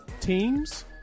teams